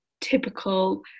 typical